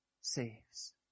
saves